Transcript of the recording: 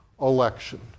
election